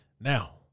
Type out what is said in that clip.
Now